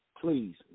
please